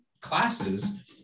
classes